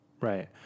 Right